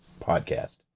podcast